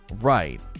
Right